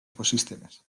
ecosistemes